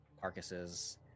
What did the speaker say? carcasses